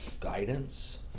guidance